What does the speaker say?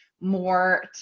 more